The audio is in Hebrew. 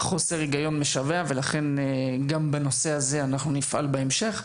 חוסר היגיון משווע ולכן גם בנושא הזה אנחנו נפעל בהמשך,